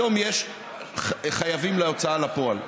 היום יש חייבים להוצאה לפועל,